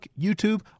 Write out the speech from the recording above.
YouTube